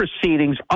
proceedings